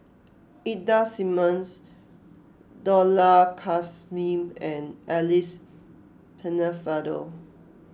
Ida Simmons Dollah Kassim and Alice Pennefather